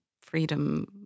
freedom